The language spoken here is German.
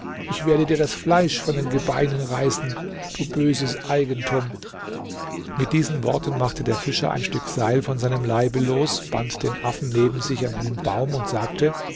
ich werde dir das fleisch von den gebeinen reißen du böses eigentum mit diesen worten machte der fischer ein stück seil von seinem leibe los band den affen neben sich an einen baum und sagte